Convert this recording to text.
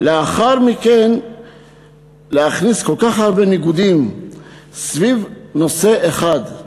לאחר מכן להכניס כל כך הרבה ניגודים סביב נושא אחד: